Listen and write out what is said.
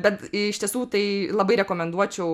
bet iš tiesų tai labai rekomenduočiau